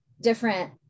different